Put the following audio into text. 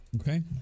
Okay